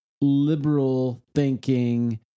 liberal-thinking